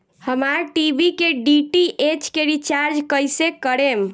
हमार टी.वी के डी.टी.एच के रीचार्ज कईसे करेम?